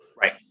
right